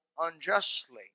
unjustly